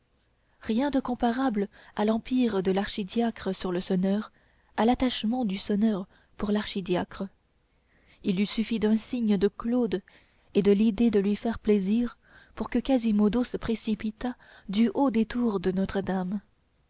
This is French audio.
rien de comparable à l'empire de l'archidiacre sur le sonneur à l'attachement du sonneur pour l'archidiacre il eût suffi d'un signe de claude et de l'idée de lui faire plaisir pour que quasimodo se précipitât du haut des tours de notre-dame